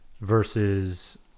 versus